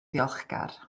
ddiolchgar